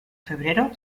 febrero